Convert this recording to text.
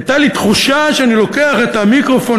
הייתה לי תחושה שאני לוקח את המיקרופון